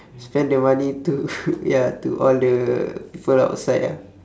spend the money to ya to all the people outside ah